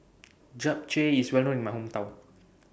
Japchae IS Well known in My Hometown